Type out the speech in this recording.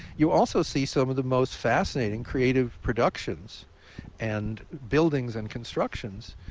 you also see some of the most fascinating creative productions and buildings and constructions.